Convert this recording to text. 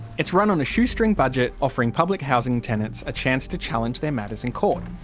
it's run on a shoestring budget, offering public housing tenants a chance to challenge their matters in court.